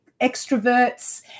extroverts